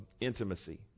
intimacy